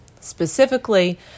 Specifically